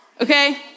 okay